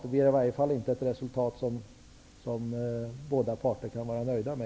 Det blir i varje fall inte ett resultat som båda parter egentligen kan vara nöjda med.